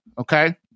okay